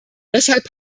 deshalb